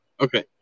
Okay